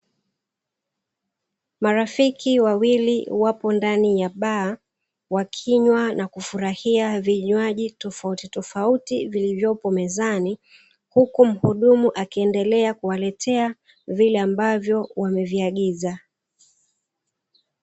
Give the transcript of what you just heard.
Marafiki wapo ndani ya baa wakinywa na kufurahia vinywaji tofauti tofauti huku muhudumu akiwaletea vile ambavyo wameviagiza.